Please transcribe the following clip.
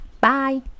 bye